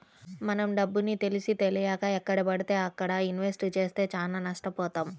మనం డబ్బుని తెలిసీతెలియక ఎక్కడబడితే అక్కడ ఇన్వెస్ట్ చేస్తే చానా నష్టబోతాం